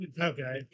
Okay